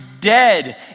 dead